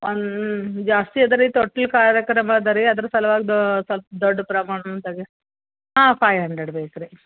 one ಜಾಸ್ತಿ ಅದ ರೀ ತೊಟ್ಲು ಕಾರ್ಯಕ್ರಮ ಅದ ರೀ ಅದ್ರ ಸಲುವದಾ ಸ್ವಲ್ಪ ದೊಡ್ಡ ಪ್ರಮಾಣದಾಗೆ ಹಾಂ ಫೈ ಅಂಡ್ರಡ್ ಬೇಕು ರೀ